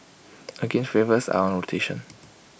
again flavours are on rotation